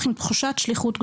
אך עם תחושת שליחות גדולה.